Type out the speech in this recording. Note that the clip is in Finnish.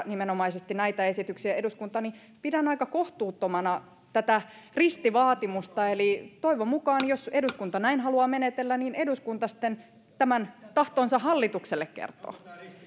nimenomaisesti näitä esityksiä eduskuntaan pidän aika kohtuuttomana tätä ristivaatimusta eli toivon mukaan jos eduskunta näin haluaa menetellä eduskunta sitten tämän tahtonsa hallitukselle kertoo